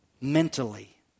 mentally